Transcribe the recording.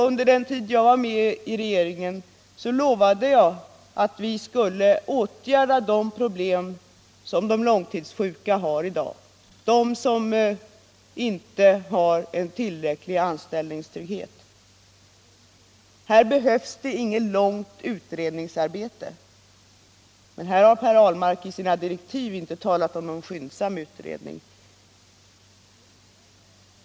Under den tid då jag var med i regeringen lovade jag att vi skulle vidta åtgärder för att försöka lösa dessa problem. Här behövs det inget långt utredningsarbete, men här har Per Ahlmark i sina direktiv inte talat om någon skyndsamhet.